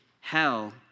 Hell